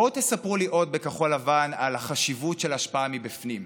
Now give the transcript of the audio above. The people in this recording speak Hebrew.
בואו תספרו לי עוד בכחול לבן על החשיבות של השפעה מבפנים.